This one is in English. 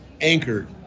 anchored